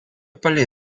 palei